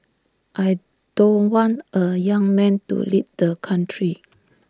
I don't want A young man to lead the country